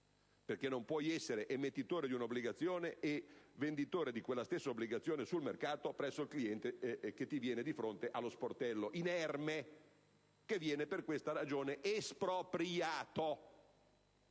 perché non si può essere emettitore di un'obbligazione e venditore di quella stessa obbligazione sul mercato presso il cliente, che si reca allo sportello inerme e che per questa ragione viene espropriato